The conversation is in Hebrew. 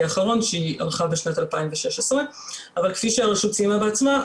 האחרון שהיא ערכה בשנת 2016. אבל כפי שהרשות ציינה בעצמה,